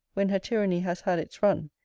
when her tyranny has had its run,